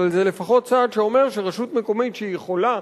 אבל זה לפחות צעד שאומר שרשות מקומית שיכולה,